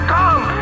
come